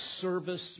service